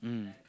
mm